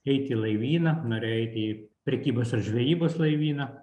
eiti į laivyną norėjo eiti į prekybos ar žvejybos laivyną